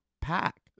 pack